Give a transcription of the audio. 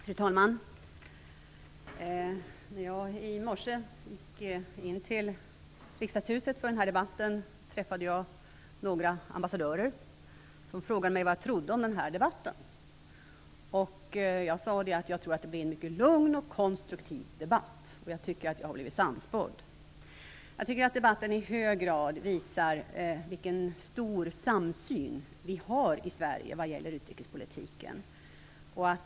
Fru talman! När jag i morse gick in i Riksdagshuset för att delta i denna debatt träffade jag några ambassadörer som frågade mig om vad jag trodde om debatten. Jag svarade att jag trodde att det skulle bli en mycket lugn och konstruktiv debatt. Jag tycker att jag har blivit sannspådd. Debatten visar i hög grad vilken stor samsyn vi har i Sverige vad gäller utrikespolitiken.